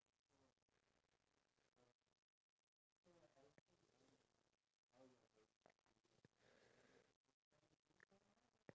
oh where you get the money from they just say no need to work to survive that means in terms of survival we just get food for free